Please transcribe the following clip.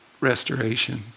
restoration